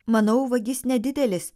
manau vagis nedidelis